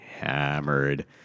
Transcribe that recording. hammered